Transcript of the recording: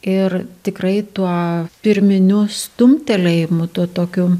ir tikrai tuo pirminiu stumtelėjimu tuo tokiu